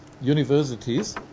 universities